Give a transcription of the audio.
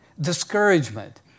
Discouragement